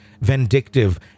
vindictive